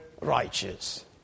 righteous